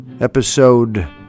episode